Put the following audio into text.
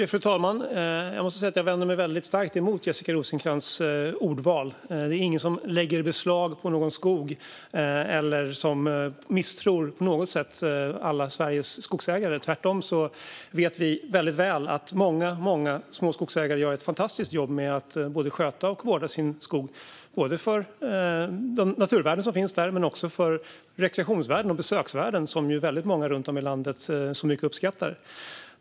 Fru talman! Jag måste säga att jag vänder mig väldigt starkt emot Jessica Rosencrantz ordval. Det är ingen som "lägger beslag" på någon skog eller som på något sätt misstror alla Sveriges skogsägare. Tvärtom vet vi mycket väl att väldigt många små skogsägare gör ett fantastiskt jobb med att sköta och vårda sin skog, både för de naturvärden som finns där och för de rekreations och besöksvärden som väldigt många runt om i landet så mycket uppskattar.